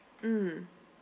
mm